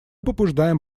побуждаем